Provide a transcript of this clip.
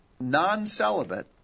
non-celibate